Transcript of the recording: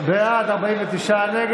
קבוצת סיעת ש"ס,